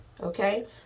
Okay